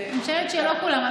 אני חושבת שלא כולם.